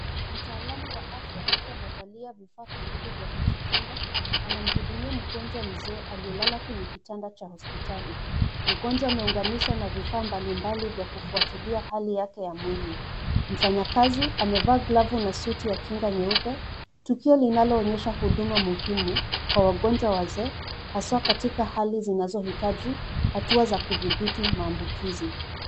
Mtaalamu wa afya akiwa amevalia vifaa kamili za kujikinga, anamhudumia mgonjwa mzee aliyelala kwenye kitanda cha hospitali. Mgonjwa ameunganishwa na vifaa mbali mbali vya kufuatilia hali yake ya mwili. Mfanyakazi amevaa glavu na suti ya kinga nyeupe. Tukio linaloonyesha huduma muhimu, kwa wagonjwa wazee, haswa katika hali zinazohitaji hatua za kudhibiti maambukizi.